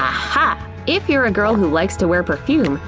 ah-ha! if you're a girl who likes to wear perfume,